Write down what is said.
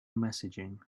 messaging